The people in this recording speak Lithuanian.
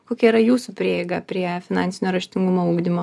kokia yra jūsų prieiga prie finansinio raštingumo ugdymo